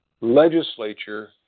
legislature